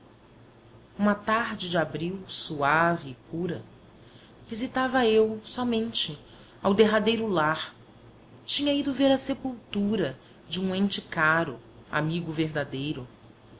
uma tarde de abril suave e pura visitava eu somente ao derradeiro lar tinha ido ver a sepultura de um ente caro amigo verdadeiro